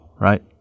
right